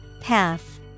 Path